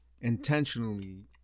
intentionally